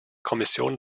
kommission